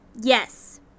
Yes